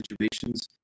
situations